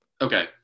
Okay